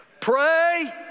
pray